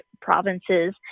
provinces